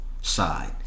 side